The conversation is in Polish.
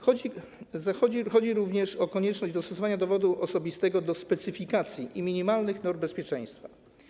Chodzi również o konieczność dostosowania dowodu osobistego do specyfikacji i minimalnych norm bezpieczeństwa.